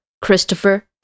Christopher